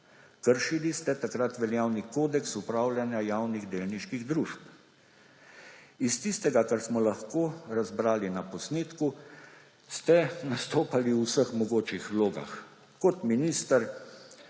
kršili ste takrat veljavni kodeks upravljanja javnih delniških družb. Iz tistega, kar smo lahko razbrali na posnetku, ste nastopali v vseh mogočih vlogah – kot minister